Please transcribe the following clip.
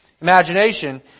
imagination